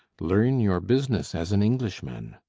learn your business as an englishman.